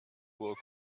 will